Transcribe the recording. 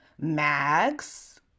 Max